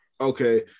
Okay